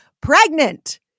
pregnant